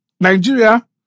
Nigeria